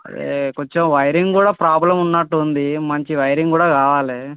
కొంచెం వైరింగ్ కూడా ప్రాబ్లం ఉన్నట్టు ఉంది మంచి వైరింగ్ కూడా కావాలి